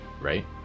right